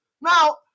Now